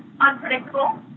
unpredictable